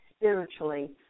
spiritually